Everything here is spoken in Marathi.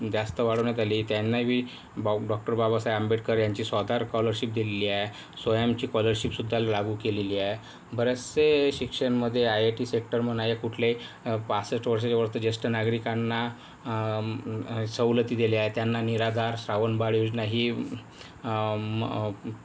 जास्त वाढवण्यात आली त्यांनाबी डॉक्टर बाबासाहेब आंबेडकर यांची स्वाधार स्कॉलरशिप दिलेली आहे स्वयंचि स्कॉलरशिप सुद्धा लागू केलेली आहे बरेचसे शिक्षणामध्ये आयआयटी सेक्टर म्हणून आहे कुठल्याही पासष्ट वर्षाच्यावरती ज्येष्ठ नागरिकांना सवलती दिल्या आहेत त्यांना निराधार श्रावण बाळ योजना ही